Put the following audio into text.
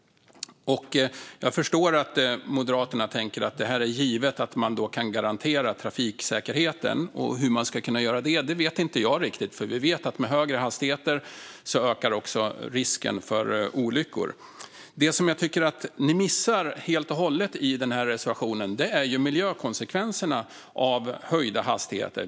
Jag förstår att Moderaterna tänker att detta är givet att man kan garantera trafiksäkerheten. Hur man ska kunna göra det vet jag inte riktigt, för vi vet att med högre hastigheter ökar också risken för olyckor. Det som jag tycker att ni missar helt och hållet i reservationen är miljökonsekvenserna av höjda hastigheter.